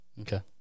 Okay